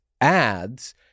ads